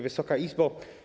Wysoka Izbo!